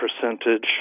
percentage